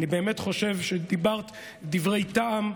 אני באמת חושב שדיברת דברי טעם,